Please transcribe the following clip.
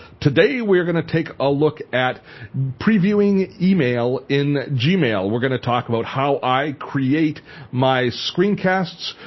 today, we're going to take a look at previewing email in gmail. we're going to talk about how i create my screencasts.